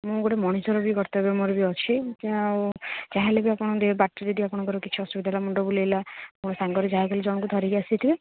ମୁଁ ଗୋଟେ ମଣିଷର ବି କର୍ତ୍ତବ୍ୟ ମୋର ବି ଅଛି ଯାହା ହଉ ଯାହା ହେଲେ ବି ଆପଣ ଟିକେ ବାଟରେ ଯଦି ଆପଣଙ୍କର କିଛି ଅସୁବିଧା ହେଲା ମୁଣ୍ଡ ବୁଲେଇଲା ଆପଣ ସାଙ୍ଗରେ ଯାହାକୁ ହେଲେ ଜଣକୁ ଧରିକି ଆସିବେ